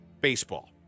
baseball